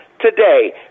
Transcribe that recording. today